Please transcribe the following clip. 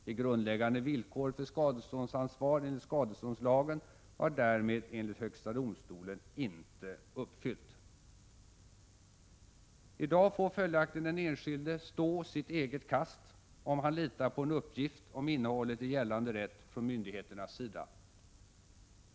Det grundläggande villkoret för skadeståndsansvar enligt skadeståndslagen var därmed enligt högsta domstolen inte uppfyllt. I dag får följaktligen den enskilde stå sitt eget kast, om han litar på en uppgift om innehållet i gällande rätt från myndigheternas sida.